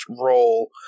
roll